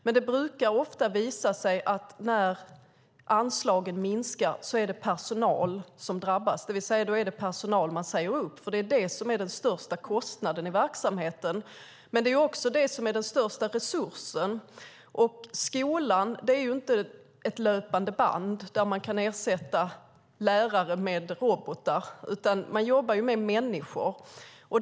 Men det visar sig ofta att när anslagen minskar, då är det personal som drabbas, det vill säga att det är personal som man säger upp, eftersom det är den största kostnaden i verksamheten. Men det är också det som är den största resursen. Skolan är inte ett löpande band där man kan ersätta lärare med robotar, utan man jobbar med människor.